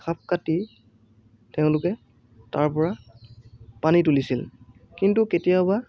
খাপ কাটি তেওঁলোকে তাৰপৰা পানী তুলিছিল কিন্তু কেতিয়াবা